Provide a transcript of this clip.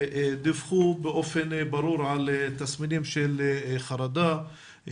דיווחו באופן ברור על תסמינים של חרדה,